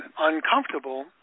uncomfortable